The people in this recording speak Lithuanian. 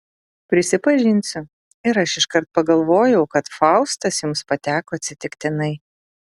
prisipažinsiu ir aš iškart pagalvojau kad faustas jums pateko atsitiktinai